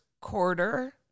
quarter